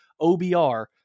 OBR